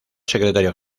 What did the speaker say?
secretario